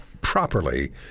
properly